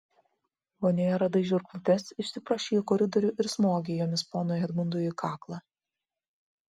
vonioje radai žirklutes išsiprašei į koridorių ir smogei jomis ponui edmundui į kaklą